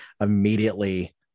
immediately